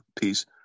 peace